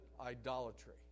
idolatry